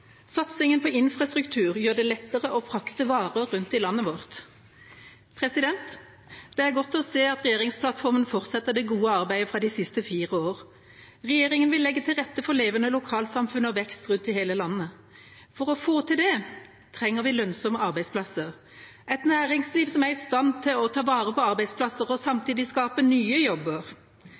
Satsingen på infrastruktur gjør det lettere å frakte varer rundt i landet vårt. Det er godt å se at regjeringsplattformen fortsetter det gode arbeidet fra de siste fire år. Regjeringen vil legge til rette for levende lokalsamfunn og vekst rundt i hele landet. For å få til det trenger vi lønnsomme arbeidsplasser, et næringsliv som er i stand til å ta vare på arbeidsplasser og samtidig skape nye jobber.